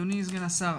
אדוני סגן השר,